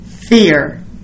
fear